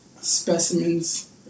specimens